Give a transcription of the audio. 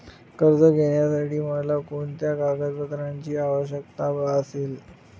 कर्ज घेण्यासाठी मला कोणत्या कागदपत्रांची आवश्यकता भासेल?